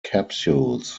capsules